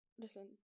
Listen